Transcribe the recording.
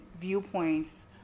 viewpoints